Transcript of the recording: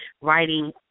writing